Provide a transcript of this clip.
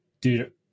dude